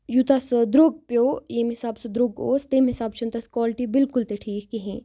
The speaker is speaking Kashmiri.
یوٗتاہ سُہ درٛوٚگ پیوٚو ییٚمہِ حِساب سُہ درٛوٚگ اوس تَمہِ حِساب چھِنہٕ تَتھ کالٹی بِلکُل تہِ ٹھیٖک کِہیٖنۍ